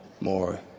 more